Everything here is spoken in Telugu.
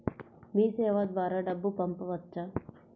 మీసేవ ద్వారా డబ్బు పంపవచ్చా?